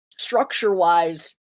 Structure-wise